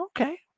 okay